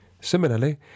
Similarly